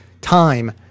time